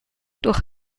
durch